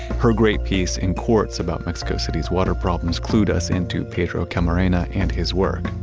her great piece in quartz about mexico city's water problems clued us in to pedro camarena and his work.